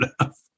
enough